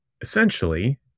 essentially